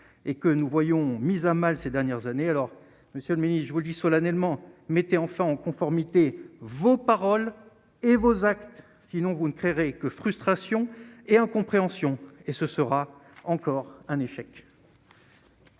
et que nous voyons, mise à mal ces dernières années, alors Monsieur le Ministre, je vous le dis solennellement mettait enfin en conformité vos paroles et vos actes sinon vous ne créerez que frustration et incompréhension et ce sera encore un échec.